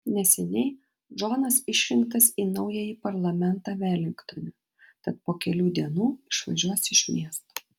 neseniai džonas išrinktas į naująjį parlamentą velingtone tad po kelių dienų išvažiuos iš miesto